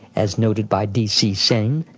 as noted by d c. sen,